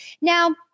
Now